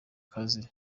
kazi